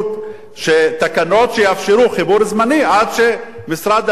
תקנות שיאפשרו חיבור זמני עד שמשרד הפנים וועדות